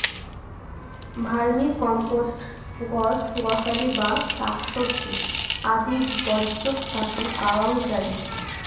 vermicompost গছ গছালি বা শাকসবজি আদি বর্জ্যক থাকি পাওয়াং যাই